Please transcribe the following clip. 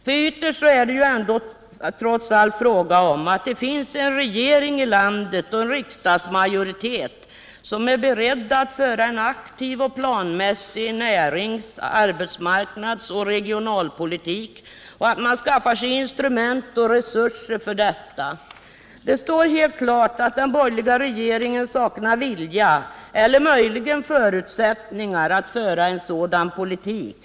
Vad det ytterst trots allt gäller är ju att landet har en regering och en riksdagsmajoritet som är beredd att föra en aktiv och planmässig närings-, arbetsmarknadsoch regionalpolitik och som skaffar sig instrument och resurser för detta. Det står helt klart att den borgerliga regeringen saknar vilja, eller möjligen förutsättningar, att föra en sådan politik.